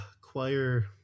Choir